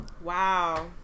Wow